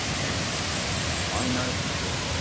and i know for sure,